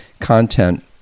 content